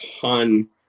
ton